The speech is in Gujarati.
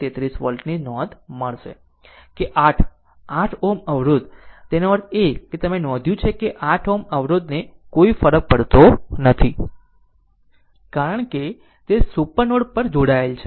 33 વોલ્ટની નોંધ મળશે કે 8 8 Ω અવરોધ તેનો અર્થ એ કે તમે નોંધ્યું છે કે 8 Ω અવરોધને કોઈ ફરક પડતો નથી કારણ કે તે સુપર નોડ પર જોડાયેલ છે